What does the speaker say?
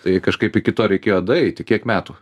tai kažkaip iki to reikėjo daeiti kiek metų